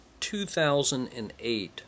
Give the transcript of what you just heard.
2008